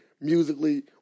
musically